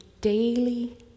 daily